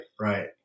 right